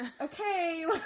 okay